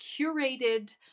curated